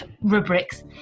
rubrics